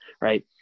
right